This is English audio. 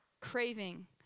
Craving